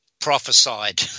prophesied